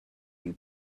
you